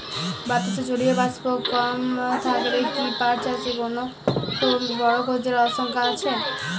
বাতাসে জলীয় বাষ্প কম থাকলে কি পাট চাষে কোনো বড় ক্ষতির আশঙ্কা আছে?